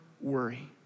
worry